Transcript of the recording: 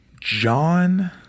John